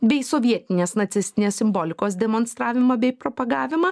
bei sovietinės nacistinės simbolikos demonstravimą bei propagavimą